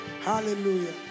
Hallelujah